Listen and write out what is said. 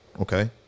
Okay